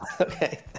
okay